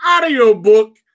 audiobook